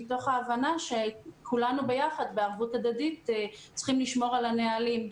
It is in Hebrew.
מתוך הבנה שכולנו ביחד ומתוך ערבות הדדית צריכים לשמור על הנהלים.